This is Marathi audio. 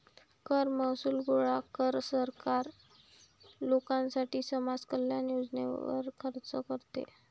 कर महसूल गोळा कर, सरकार लोकांसाठी समाज कल्याण योजनांवर खर्च करते